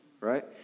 right